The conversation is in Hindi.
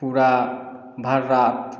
पूरा भर रात